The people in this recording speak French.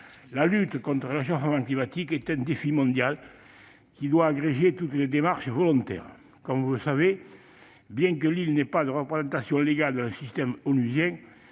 La lutte contre le réchauffement climatique est un défi mondial qui doit agréger toutes les démarches volontaires. Comme vous le savez, bien que l'île n'ait pas de représentation légale dans le système onusien,